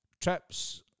trips